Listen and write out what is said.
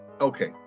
Okay